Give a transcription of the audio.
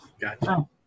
Gotcha